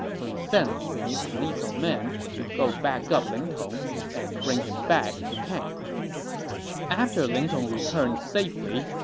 so he sent lu meng to lead some men to go back up ling tong and bring him back to camp after ling tong returned safely,